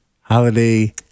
holiday